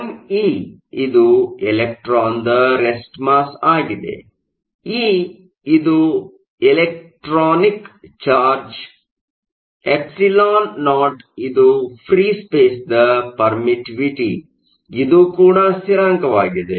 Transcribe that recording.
M E ಇದು ಎಲೆಕ್ಟ್ರಾನ್ನ rest mass ಆಗಿದೆ ಇ ಇದು ಇಲೆಕ್ಟ್ರಾನಿಕ್ ಚಾರ್ಜ್ ಎಪ್ಸಿಲಾನ್ ನಾಟ್εo ಇದು ಫ್ರೀ ಸ್ಪೇಸ್ ನ ಪರ್ಮಿಟ್ಟಿವಿಟಿ ಇದು ಕೂಡ ಸ್ಥಿರಾಂಕವಾಗಿದೆ